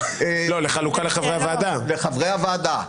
לחלוקה לחברי הוועדה?